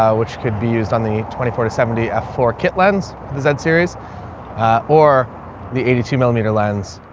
ah which could be used on the twenty four to seventy ah four kaitlin's does that series a or the eighty two millimeter lens,